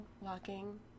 walking